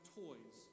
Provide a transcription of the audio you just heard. toys